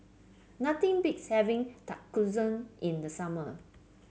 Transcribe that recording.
nothing beats having Tonkatsu in the summer